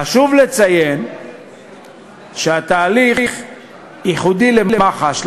חשוב לציין שהתהליך ייחודי למח"ש,